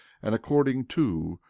and according to,